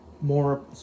more